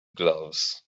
gloves